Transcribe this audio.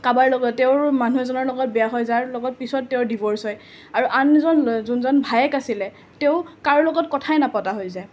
কাৰোবাৰ লগত তেওঁৰো মানুহ এজনৰ লগত বেয়া হৈ যায় আৰু লগত পিছত তেওঁৰ ডিভ'ৰ্ছ হয় আৰু আনজন যোনজন ভায়েক আছিলে তেওঁ কাৰো লগত কথাই নপতা হৈ যায়